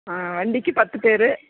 ஆ வண்டிக்கு பத்து பேரு